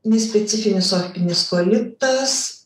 nespecifinis opinis kolitas